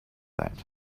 that